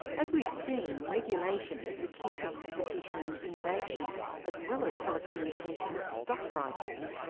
as we've seen, regulation is the key to competition and innovation as well as telecommunications stock prices.